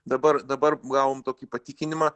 dabar dabar gavom tokį patikinimą